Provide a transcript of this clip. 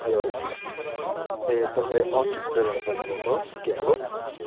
hello ए तपाईँ अङ्कित प्रधान बोल्नु भएको हो सुकियाको